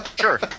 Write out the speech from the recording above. Sure